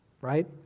right